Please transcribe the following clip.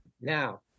now